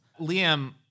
Liam